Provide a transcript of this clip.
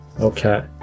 Okay